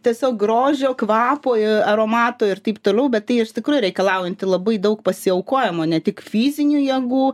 tiesiog grožio kvapo aromato ir taip toliau bet tai iš tikrųjų reikalaujanti labai daug pasiaukojimo ne tik fizinių jėgų